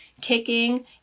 kicking